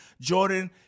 Jordan